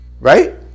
Right